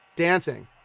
dancing